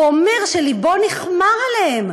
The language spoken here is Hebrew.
והוא אומר שלבו נכמר עליהם.